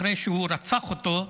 אחרי שהוא רצח אותו,